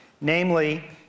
Namely